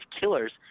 killers